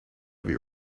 heavy